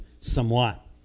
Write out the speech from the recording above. somewhat